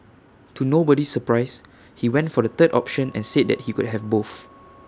to nobody's surprise he went for the third option and said that he could have both